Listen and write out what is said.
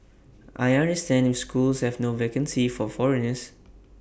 I understand if schools have no vacancies for foreigners